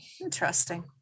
Interesting